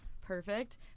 perfect